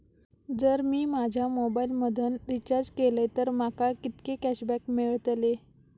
जर मी माझ्या मोबाईल मधन रिचार्ज केलय तर माका कितके कॅशबॅक मेळतले?